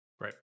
Right